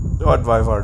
what my phone